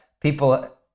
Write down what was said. people